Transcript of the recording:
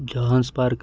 Johannesburg